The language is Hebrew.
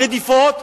רדיפות,